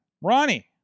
Ronnie